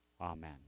Amen